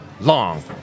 long